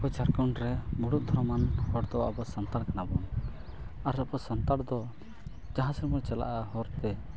ᱟᱵᱚ ᱡᱷᱟᱲᱠᱷᱚᱸᱰ ᱨᱮ ᱢᱩᱬᱩᱫ ᱫᱷᱚᱨᱚᱢᱟᱱ ᱦᱚᱲᱫᱚ ᱟᱵᱚ ᱥᱟᱱᱛᱟᱲ ᱠᱟᱱᱟᱵᱚᱱ ᱟᱨ ᱟᱵᱚ ᱥᱟᱱᱛᱟᱲ ᱫᱚ ᱡᱟᱦᱟᱸ ᱥᱮᱫᱵᱚᱱ ᱪᱟᱞᱟᱜᱼᱟ ᱦᱚᱨᱛᱮ